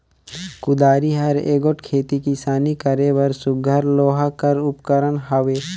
कुदारी हर एगोट खेती किसानी करे बर सुग्घर लोहा कर उपकरन हवे